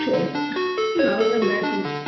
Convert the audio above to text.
சரி அவ்வளோ தான் பேச முடியும்